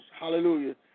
hallelujah